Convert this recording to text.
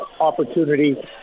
opportunity